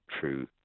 true